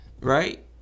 right